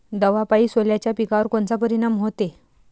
दवापायी सोल्याच्या पिकावर कोनचा परिनाम व्हते?